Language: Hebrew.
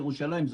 ירושלים,